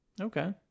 Okay